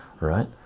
right